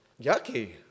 Yucky